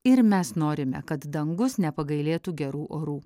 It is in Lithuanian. ir mes norime kad dangus nepagailėtų gerų orų